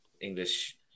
English